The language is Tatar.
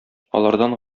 алардан